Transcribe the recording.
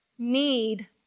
Need